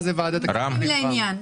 מדברים לעניין.